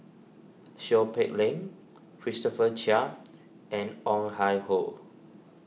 Seow Peck Leng Christopher Chia and Ong Ah Hoi